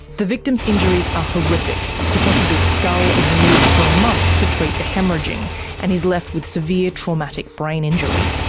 the victim's injuries are ah horrific the top of his skull is removed for a month to treat the haemorrhaging and he's left with severe traumatic brain injury.